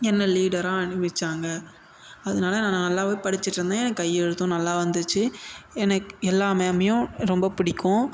என்னை லீடராக அறிவிச்சாங்க அதனால் நான் நான் நல்லா படிச்சிட்டுருந்தேன் என் கையெழுத்தும் நல்லா வந்துச்சு எனக்கு எல்லா மேமையும் ரொம்ப பிடிக்கும்